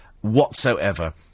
whatsoever